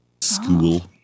School